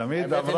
תמיד.